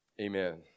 Amen